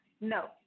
No